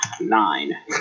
nine